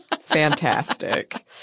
fantastic